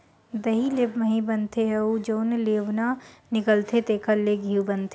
दही ले मही बनथे अउ जउन लेवना निकलथे तेखरे ले घींव बनाथे